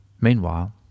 Meanwhile